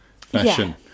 fashion